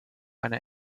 eine